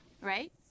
right